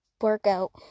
workout